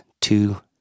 two